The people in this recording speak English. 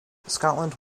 scotland